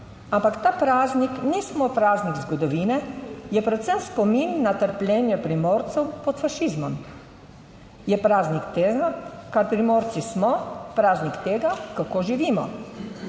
Ampak ta praznik ni samo praznik zgodovine, je predvsem spomin na trpljenje Primorcev pod fašizmom. Je praznik tega, kar Primorci smo, praznik tega, kako živimo.